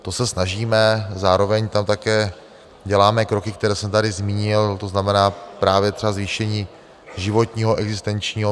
To se snažíme, zároveň tam také děláme kroky, které jsem tady zmínil, to znamená právě třeba zvýšení životního a existenčního minima.